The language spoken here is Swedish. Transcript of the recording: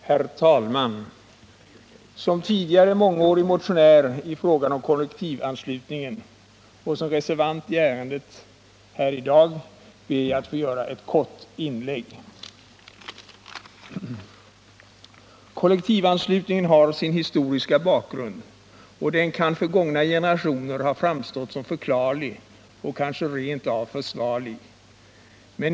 Herr talman! Som tidigare mångårig motionär i fråga om kollektivanslutningen och som reservant i ärendet här i dag ber jag att få göra ett kort inlägg. Kollektivanslutningen har sin historiska bakgrund, och den har kanske i gångna generationer framstått som förklarlig och rent av försvarlig.